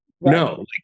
No